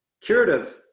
Curative